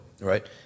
right